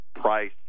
price